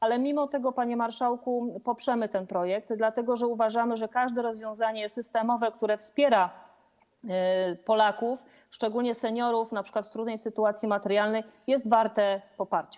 Ale mimo to, panie marszałku, poprzemy ten projekt, dlatego że uważamy, że każde rozwiązanie systemowe, które wspiera Polaków, szczególnie seniorów np. w trudnej sytuacji materialnej, jest warte poparcia.